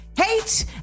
hate